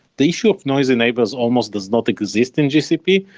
the issue of noisy neighbors almost does not exist in gcp.